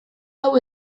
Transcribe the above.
hau